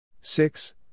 six